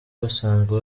basanzwe